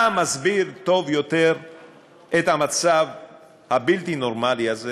מה מסביר טוב יותר את המצב הבלתי-נורמלי הזה,